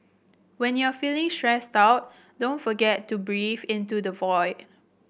when you are feeling stressed out don't forget to breathe into the void